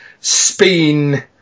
Spain